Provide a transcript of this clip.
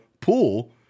pool